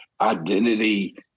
Identity